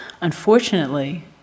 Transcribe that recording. unfortunately